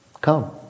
Come